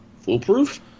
foolproof